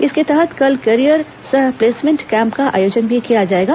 इसके तहत कल कैरियर सह प्लेसमेंट कैम्प का आयोजन भी किया जाएगा